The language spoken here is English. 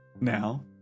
Now